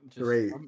Great